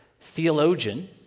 theologian